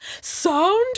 Sound